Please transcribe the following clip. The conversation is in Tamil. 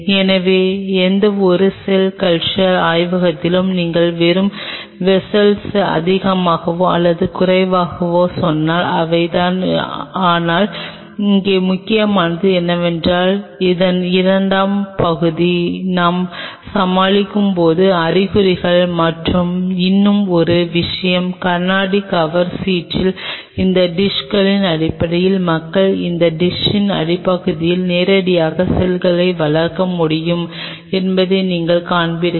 எனவே எந்தவொரு செல் கல்ச்சர் ஆய்வகத்திலும் நீங்கள் வரும் வெஸ்ஸல்களை அதிகமாகவோ அல்லது குறைவாகவோ சொன்னால் இவைதான் ஆனால் இங்கே முக்கியமானது என்னவென்றால் இதன் 2 ஆம் பகுதி நாம் சமாளிக்கப் போகும் அறிகுறிகள் மற்றும் இன்னும் ஒரு விஷயம் கண்ணாடி கவர்கள் சீட்டில் இந்த டிஸ்களின் அடிப்பகுதியில் மக்கள் இந்த டிஸ்களின் அடிப்பகுதியில் நேரடியாக செல்களை வளர்க்க முடியும் என்பதை நீங்கள் காண்பீர்கள்